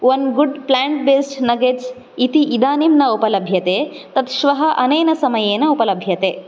one good plant based nuggets इति इदानीं न उपलभ्यते तत् श्वः अनेन समयेन उपलभ्यते